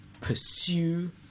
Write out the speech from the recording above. pursue